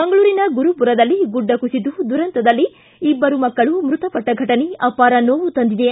ಮಂಗಳೂರಿನ ಗುರುಪುರದಲ್ಲಿ ಗುಡ್ಡ ಕುಸಿದು ದುರಂತದಲ್ಲಿ ಇಬ್ಬರು ಮಕ್ಕಳು ಮೃತಪಟ್ಟ ಘಟನೆ ಅಪಾರ ನೋವು ತಂದಿದೆ